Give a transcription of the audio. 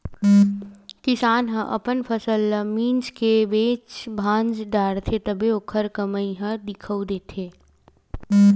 किसान ह अपन फसल ल मिंज के बेच भांज डारथे तभे ओखर कमई ह दिखउल देथे